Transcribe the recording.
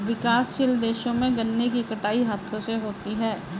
विकासशील देशों में गन्ने की कटाई हाथों से होती है